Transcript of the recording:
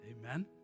Amen